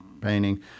painting